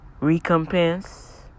recompense